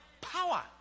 power